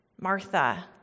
Martha